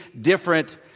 different